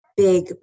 big